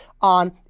on